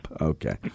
Okay